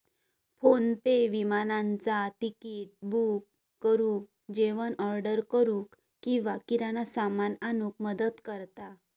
PhonePe विमानाचा तिकिट book करुक, जेवण ऑर्डर करूक किंवा किराणा सामान आणूक मदत करता